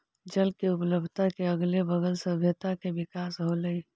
जल के उपलब्धता के अगले बगल सभ्यता के विकास होलइ